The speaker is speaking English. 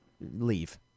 leave